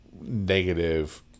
negative